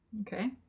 Okay